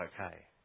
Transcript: okay